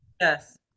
Yes